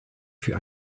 für